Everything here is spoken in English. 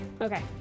Okay